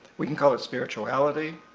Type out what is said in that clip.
we can call it spirituality,